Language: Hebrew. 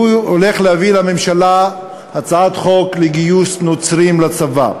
שהוא הולך להביא לממשלה הצעת חוק לגיוס נוצרים לצבא.